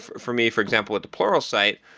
for for me, for example, at the pluralsight,